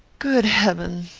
good heaven!